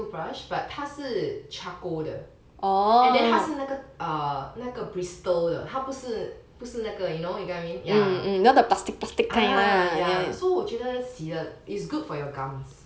it's colgate toothbrush but 他是 charcoal 的 and then 他是那个 err 那个 bristol 的他不是不是那个 you know you get what I mean ya ah ya so 我觉得洗了 it's good for your gums